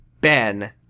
Ben